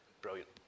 brilliant